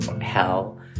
hell